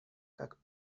как